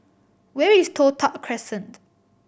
where is Toh Tuck Crescent